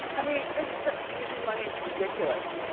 i mean this is such easy money, it's ridiculous.